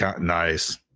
Nice